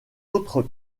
autres